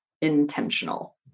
intentional